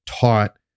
taught